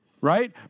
Right